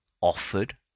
offered